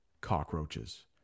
cockroaches